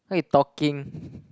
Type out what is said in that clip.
what you talking